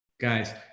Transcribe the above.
Guys